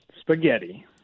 spaghetti